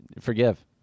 forgive